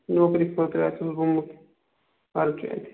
نوکری خٲطرٕ اَتہِ اوس بوٚرمُت پرچہِ اَتہِ